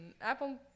Apple